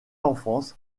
enfance